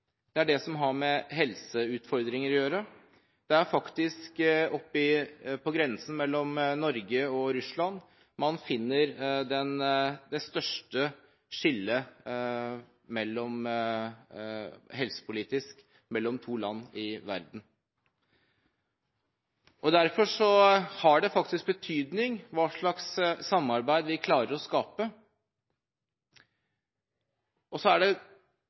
tenker på det som har med miljø og helseutfordringer å gjøre. Det er faktisk på grensen mellom Norge og Russland man finner det største helsepolitiske skillet mellom to land i verden. Derfor har det betydning hva slags samarbeid vi klarer å skape.